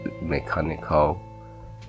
mechanical